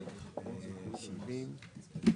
אלכס,